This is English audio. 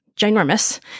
ginormous